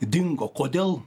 dingo kodėl